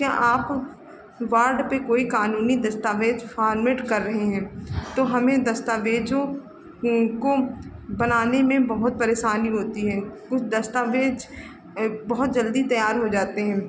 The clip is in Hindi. क्या आप वार्ड पर कोई कानूनी दस्तावेज़ फॉर्मेट कर रहे हैं तो हमें दस्तावेज़ों को बनाने में बहुत परेशानी होती है वह दस्तावेज़ बहुत जल्दी तैयार हो जाते हैं